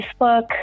Facebook